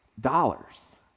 dollars